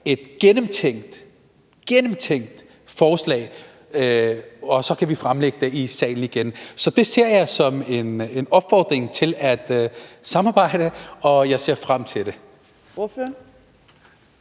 et gennemtænkt forslag, og så kan vi fremlægge det i salen igen. Så det ser jeg som en opfordring til at samarbejde, og jeg ser frem til det. Kl.